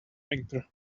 anchor